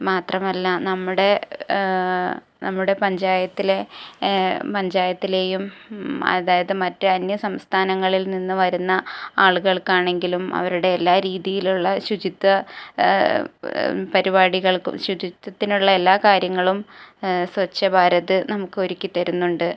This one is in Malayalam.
മാത്രമല്ല നമ്മുടെ നമ്മുടെ പഞ്ചായത്തിലെ പഞ്ചായത്തിലെയും അതായത് മറ്റ് അന്യ സംസ്ഥാനങ്ങളിൽ നിന്നു വരുന്ന ആളുകൾക്കാണെങ്കിലും അവരുടെ എല്ലാ രീതിയിലുള്ള ശുചിത്വ പരിപാടികൾക്കും ശുചിത്വത്തിനുള്ള എല്ലാ കാര്യങ്ങളും സ്വച്ഛ് ഭാരത് നമുക്കൊരുക്കി തരുന്നുണ്ട്